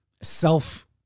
self